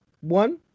one